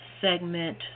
segment